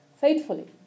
faithfully